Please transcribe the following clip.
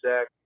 Zach